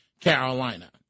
Carolina